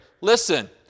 listen